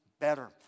better